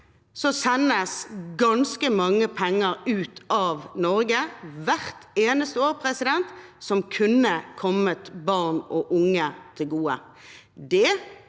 sendes ganske mange penger ut av Norge hvert eneste år, som kunne kommet barn og unge til gode.